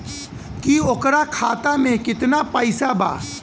की ओकरा खाता मे कितना पैसा बा?